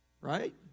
Right